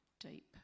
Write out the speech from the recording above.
deep